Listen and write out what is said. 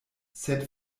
sed